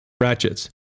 Ratchets